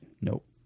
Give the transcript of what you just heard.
Nope